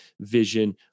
vision